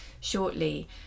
shortly